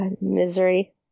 Misery